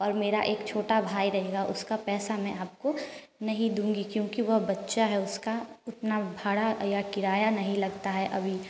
और मेरा एक छोटा भाई रहेगा उसका पैसा मैं आपको नहीं दूँगी क्योंकि वह बच्चा है उसका उतना भाड़ा या किराया नहीं लगता है अभी